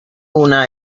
una